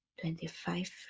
twenty-five